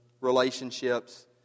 relationships